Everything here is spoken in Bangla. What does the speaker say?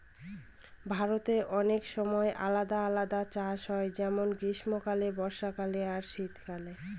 ভারতে অনেক সময় আলাদা আলাদা চাষ হয় যেমন গ্রীস্মকালে, বর্ষাকালে আর শীত কালে